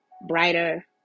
brighter